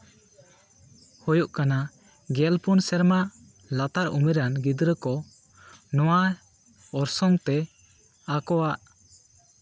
ᱦᱳᱦᱳᱜ ᱠᱟᱱᱟ ᱜᱮᱞ ᱯᱩᱱ ᱥᱮᱨᱢᱟ ᱞᱟᱛᱟᱨ ᱩᱢᱮᱨᱟᱱ ᱜᱤᱫᱽᱨᱟᱹ ᱠᱚ ᱱᱚᱣᱟ ᱚᱨᱥᱚᱝ ᱛᱮ ᱟᱠᱚᱣᱟᱜ